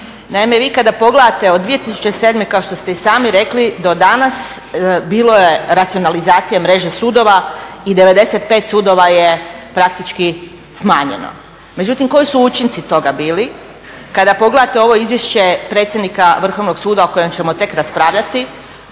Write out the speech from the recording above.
Naime, vi kada pogledate od 2007.kao što ste i sami rekli do danas bilo je racionalizacije mreže sudova i 95 sudova je praktički smanjeno. Međutim koji su učinci toga bili? Kada pogledate ovo izvješće predsjednika Vrhovnog suda o kojem ćemo tek raspravljati